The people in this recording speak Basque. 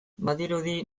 badirudi